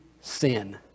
sin